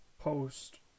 post